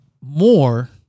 more